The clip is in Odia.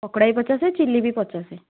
ପକୋଡ଼ା ବି ପଚାଶ ଚିଲ୍ଲି ବି ପଚାଶ